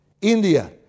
India